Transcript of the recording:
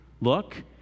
look